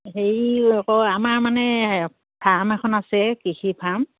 হেৰি আকৌ আমাৰ মানে ফাৰ্ম এখন আছে কৃষি ফাৰ্ম